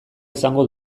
izango